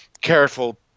careful